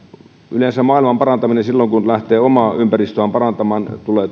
yleensä maailmanparantaminen silloin kun lähtee omaa ympäristöään parantamaan tulee